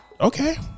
Okay